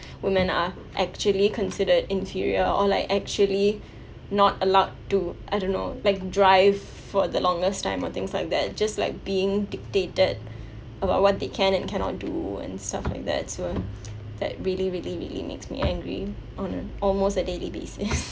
women are actually considered inferior or like actually not allowed to I don't know like drive for the longest time or things like that just like being dictated about what they can and cannot do and stuff like that so that really really really makes me angry on almost a daily basis